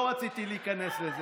לא רציתי להיכנס לזה,